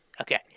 Okay